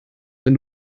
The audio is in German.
wenn